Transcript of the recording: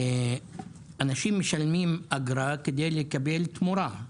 אנשים משלמים אגרה כדי לקבל תמורה.